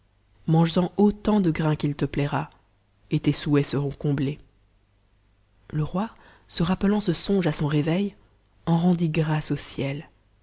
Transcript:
grenade manges en autant de grains qu'il te plaira et tes souhaits seront comblés le roi se rappelant ce songe à son réveil en rendit grâce au ciel